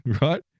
Right